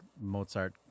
Mozart